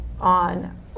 on